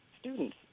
students